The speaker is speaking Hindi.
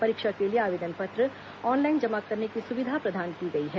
परीक्षा के लिए आवेदन पत्र ऑनलाइन जमा करने की सुविधा प्रदान की गई है